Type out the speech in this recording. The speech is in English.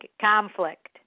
conflict